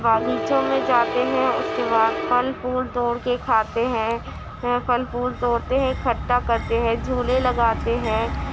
باغیچوں میں جاتے ہیں اس کے بعد پھل پھول توڑ کے کھاتے ہیں پھل پھول توڑتے ہیں اکٹھا کرتے ہیں جھولے لگاتے ہیں